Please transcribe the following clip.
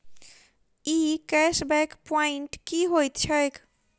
ई cash back point की होइत छैक?